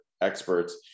experts